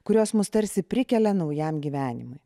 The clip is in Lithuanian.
kurios mus tarsi prikelia naujam gyvenimui